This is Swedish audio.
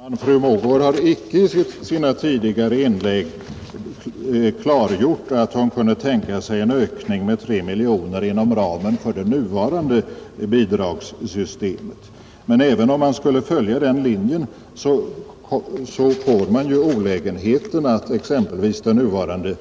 Herr talman! Fru Mogård har icke i sina tidigare inlägg klargjort att hon kunde tänka sig en ökning med 3 miljoner kronor inom ramen för det nuvarande bidragssystemet. Men även om hon skulle följa den linjen, får man olägenheterna att exempelvis den nuvarande